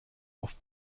auf